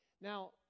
Now